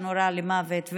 שנורה למוות,